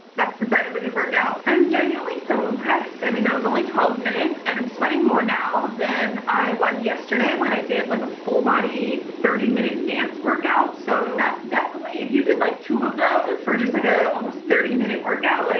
that's the sign of a good workout. i'm genuinely so impressed. i mean that was only twelve minutes and i'm sweating more now than i was yesterday when i did like a full body thirty minute dance workout so. that's definitely, if you did like two of those, for just like a almost thirty minute workout, like